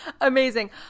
Amazing